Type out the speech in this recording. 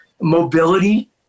mobility